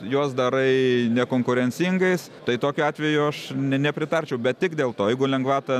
juos darai nekonkurencingais tai tokiu atveju aš ne nepritarčiau bet tik dėl to jeigu lengvata